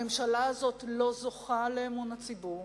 הממשלה הזאת לא זוכה לאמון הציבור,